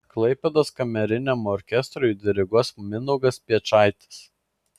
klaipėdos kameriniam orkestrui diriguos mindaugas piečaitis